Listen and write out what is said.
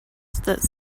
that